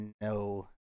no